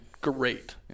great